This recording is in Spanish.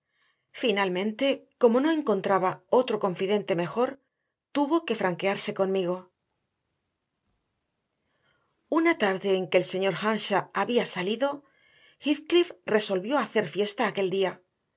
finalmente como no encontraba otro confidente mejor tuvo que franquearse conmigo una tarde en que el señor earnshaw había salido heathcliff resolvió hacer fiesta aquel día